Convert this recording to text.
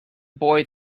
boy